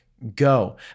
Go